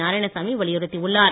நாராயணசாமி வலியுறுத்தியுள்ளார்